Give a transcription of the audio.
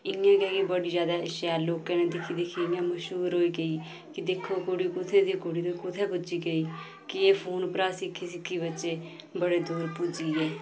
इ'यां गै ही बड़े ज्यादा शैल लोकें दिक्खी दिक्खी इयां मश्हूर होई गेई कि दिक्खो कुड़ी कुत्थे दी कुड़ी ते कुत्थै पुज्जी गेई कि फोन उप्परा सिक्खी सिक्खी बच्चे बड़ी दूर पुज्जी गे